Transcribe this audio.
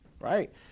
Right